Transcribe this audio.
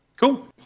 Cool